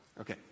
Okay